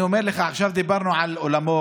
אני אומר לך, עכשיו דיברנו על אולמות,